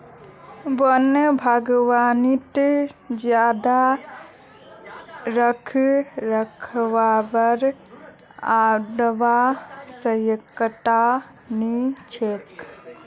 वन बागवानीत ज्यादा रखरखावेर आवश्यकता नी छेक